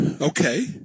Okay